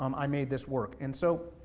um i made this work. and so,